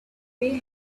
way